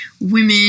women